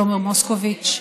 ותומר מוסקוביץ,